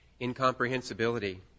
Incomprehensibility